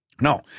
No